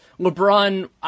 LeBron